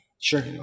Sure